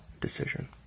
decision